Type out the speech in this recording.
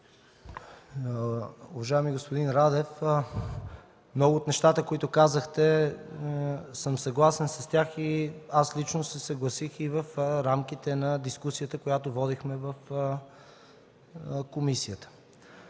Уважаеми господин Радев, с много от нещата, които казахте съм съгласен, съгласих се и в рамките на дискусията, която водихме в комисията.